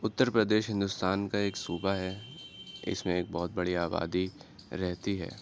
اتر پردیش ہندوستان کا ایک صوبہ ہے جس میں ایک بہت بڑی آبادی رہتی ہے